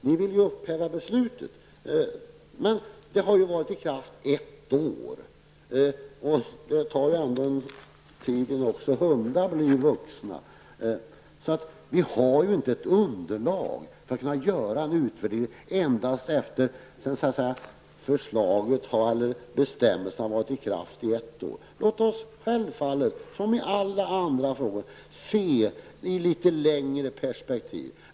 Ni vill ju upphäva beslutet. Beslutet har varit i kraft i ett år, och det tar ju ändå tid även för hundar att bli vuxna. Det finns inte ett underlag för att kunna göra en utvärdering efter det att bestämmelserna endast varit i kraft i ett år. Vi måste självfallet, liksom i andra frågor, se till det litet längre perspektivet.